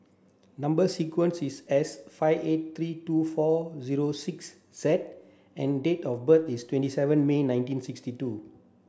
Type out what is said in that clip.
number sequence is S five eight three two four zero six Z and date of birth is twenty seven May nineteen sixty two